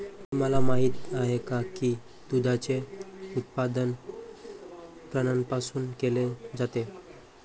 तुम्हाला माहित आहे का की दुधाचे उत्पादन प्राण्यांपासून केले जाते?